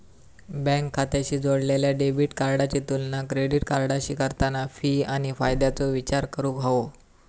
bank खात्याशी जोडलेल्या debit कार्डाची तुलना क्रेडिट कार्डाशी करताना फी आणि फायद्याचो विचार करूक हवो